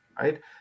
right